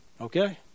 okay